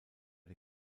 der